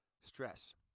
stress